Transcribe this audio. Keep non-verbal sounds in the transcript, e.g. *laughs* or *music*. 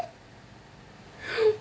*laughs*